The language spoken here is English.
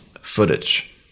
footage